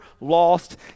lost